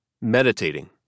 Meditating